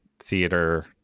theater